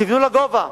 תבנו לגובה.